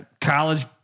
college